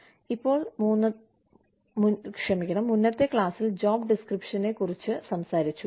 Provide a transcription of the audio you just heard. ഇപ്പോൾ മുന്നത്തെ ക്ലാസിൽ ജോബ് ഡിസ്ക്രിപ്ഷനെക്കുറിച്ച് സംസാരിച്ചു